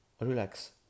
relax